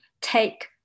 take